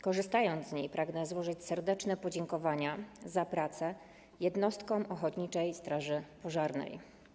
Korzystając z tej okazji, pragnę złożyć serdeczne podziękowania za pracę jednostkom ochotniczej straży pożarnej.